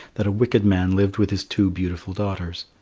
that a wicked man lived with his two beautiful daughters.